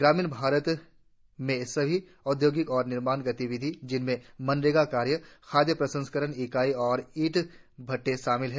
ग्रामीण भारत में सभी औद्योगिक और निर्माण गतिविधियों जिनमें मनरेगा कार्य खाद्य प्रसंस्करण इकाइयां और ईट भट्टे शामिल है